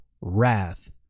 wrath